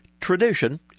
tradition